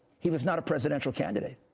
he was not a presidential candidate.